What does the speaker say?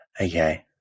Okay